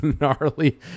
gnarly